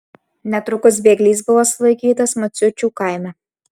netrukus bėglys buvo sulaikytas maciučių kaime